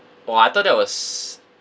oh I thought it was